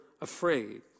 afraid